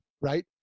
right